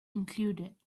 included